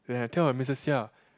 then I tell my missus Seah